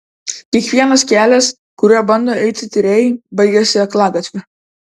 kiekvienas kelias kuriuo bando eiti tyrėjai baigiasi aklagatviu